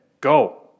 go